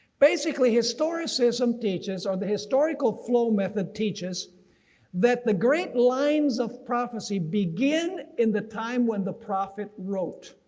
basically historicism teaches, or the historical flow method teaches that the great lines of prophecy begin in the time when the prophet wrote.